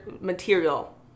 material